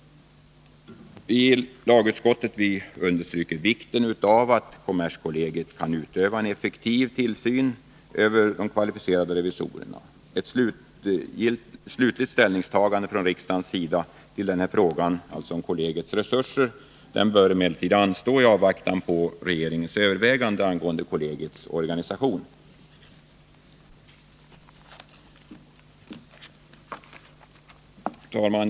Lagutskottet understryker vikten av att kommerskollegium kan utöva en effektiv tillsyn över de kvalificerade revisorerna. Slutligt ställningstagande från riksdagens sida till frågan om kollegiets resurser bör emellertid anstå i avvaktan på regeringens övervägande angående kollegiets organisation. Herr talman!